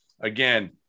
again